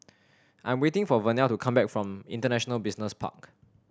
I am waiting for Vernelle to come back from International Business Park